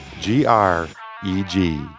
G-R-E-G